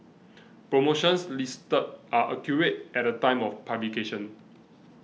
promotions listed are accurate at the time of publication